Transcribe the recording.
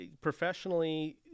professionally